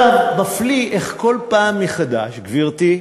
עכשיו, מפליא איך כל פעם מחדש, גברתי,